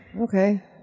Okay